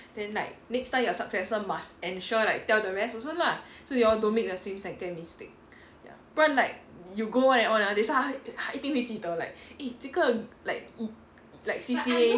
then like next time your successor must ensure like tell the rest also lah so you all don't make the same second mistake ya 不然 like you go on and on ah 等一下她她一定会记得 like eh 这个 like like C_C_A